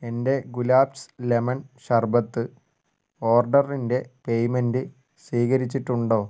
എന്റെ ഗുലാബ്സ് ലമൺ ശർബത്ത് ഓർഡറിന്റെ പേയ്മെൻറ്റ് സ്വീകരിച്ചിട്ടുണ്ടോ